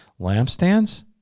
lampstands